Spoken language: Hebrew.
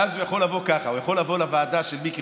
ואז ככה: הוא יכול לבוא לוועדה של מיקי